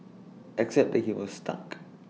except that he was stuck